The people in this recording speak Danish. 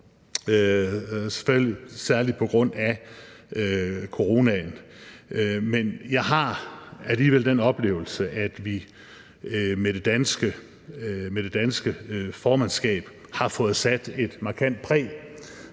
selvfølgelig særlig på grund af coronaen. Men jeg har alligevel den oplevelse, at vi med det danske formandskab har fået sat et markant præg